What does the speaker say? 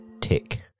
Tick